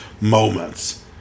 moments